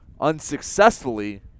unsuccessfully